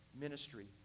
ministry